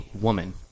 woman